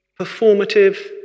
performative